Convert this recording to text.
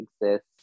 exists